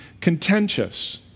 contentious